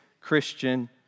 Christian